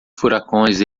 furacões